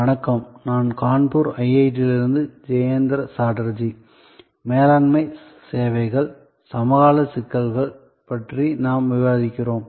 வணக்கம் நான் கான்பூர் ஐஐடியில் ஜெயந்த சாட்டர்ஜி மேலாண்மை சேவைகள் சமகால சிக்கல்கள் பற்றி நாம் விவாதிக்கிறோம்